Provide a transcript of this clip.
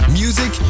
music